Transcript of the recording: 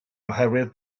oherwydd